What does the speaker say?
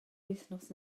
wythnos